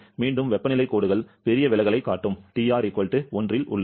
மீண்டும் வெப்பநிலை கோடுகளில் பெரிய விலகலைக் காட்டும் TR 1 இல் உள்ளது